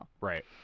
Right